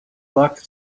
luck